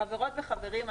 חברות וחברים,